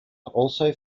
also